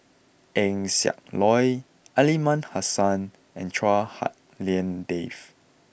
Eng Siak Loy Aliman Hassan and Chua Hak Lien Dave